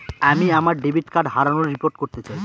আমি আমার debit card হারানোর রিপোর্ট করতে চাই